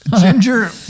Ginger